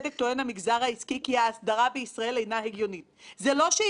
ולא אחת גם חוסר הוודאות שעליה מלין בצדק המגזר העסקי.